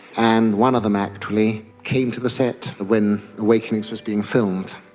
and one of them actually came to the set when awakenings was being filmed,